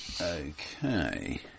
Okay